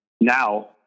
now